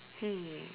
hmm